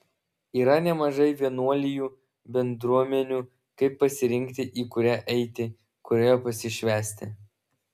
yra nemažai vienuolijų bendruomenių kaip pasirinkti į kurią eiti kurioje pasišvęsti